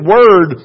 Word